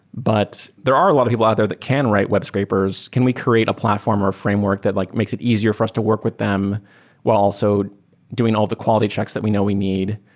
but there are a lot of people out there that can write web scrapers. can we create a platform or a framework that like makes it easier for us to work with them while also doing all of the quality checks that we know we need?